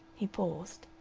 he paused.